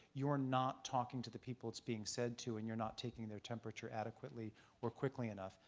you are not talking to the people it's being said to and you're not taking their temperature adequately or quickly enough.